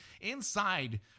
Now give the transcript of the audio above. Inside